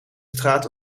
straat